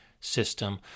system